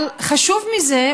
אבל חשוב מזה,